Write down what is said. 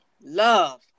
Love